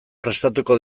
prestatuko